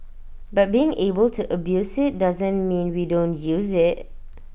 but being able to abuse IT doesn't mean we don't use IT